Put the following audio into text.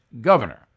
governor